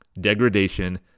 degradation